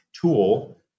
tool